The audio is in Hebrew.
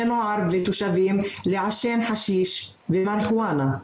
נוער ולתושבים לעשן חשיש ומריחואנה.